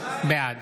בעד